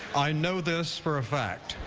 i know this for a fact.